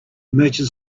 merchant